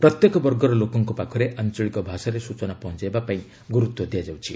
ପ୍ରତ୍ୟେକ ବର୍ଗର ଲୋକଙ୍କ ପାଖରେ ଆଞ୍ଚଳିକ ଭାଷାରେ ସୂଚନା ପହଞ୍ଚାଇବା ପାଇଁ ଗୁରୁତ୍ୱ ଦିଆଯାଇଛି